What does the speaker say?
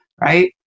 right